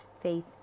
faith